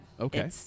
Okay